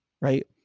right